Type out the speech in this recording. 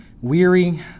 weary